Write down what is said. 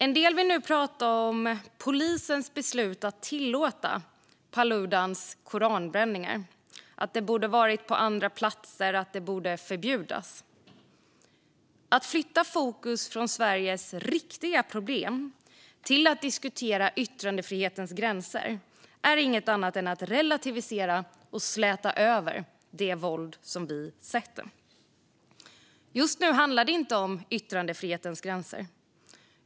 En del vill nu prata om polisens beslut att tillåta Paludans koranbränningar, om att det borde ha varit på andra platser och om att det borde förbjudas. Att flytta fokus från Sveriges riktiga problem till att diskutera yttrandefrihetens gränser är inget annat än att relativisera och släta över det våld som vi sett. Just nu handlar det inte om yttrandefrihetens gränser.